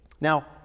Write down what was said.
Now